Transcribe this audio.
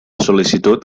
sol·licitud